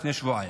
לפני שבועיים.